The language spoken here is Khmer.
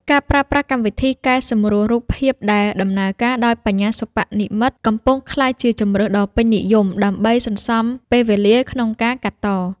ការប្រើប្រាស់កម្មវិធីកែសម្រួលរូបភាពដែលដំណើរការដោយ បញ្ញាសិប្បនិម្មិត កំពុងក្លាយជាជម្រើសដ៏ពេញនិយមដើម្បីសន្សំពេលវេលាក្នុងការកាត់ត។